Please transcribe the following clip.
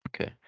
Okay